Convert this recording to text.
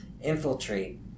infiltrate